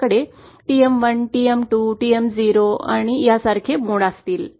आपल्याकडे TM1 TM2 TM0 आणि यासारख्या मोड असतील